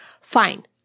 Fine